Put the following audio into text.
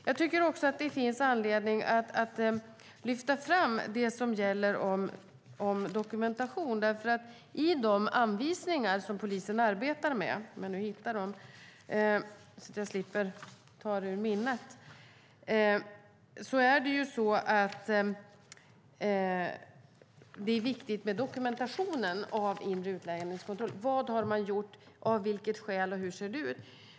Det finns också anledning att lyfta fram det som gäller om dokumentation. Det är viktigt med dokumentationen av inre utlänningskontroll: Vad har man gjort? Av vilket skäl? Hur ser det ut?